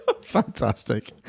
Fantastic